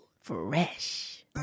fresh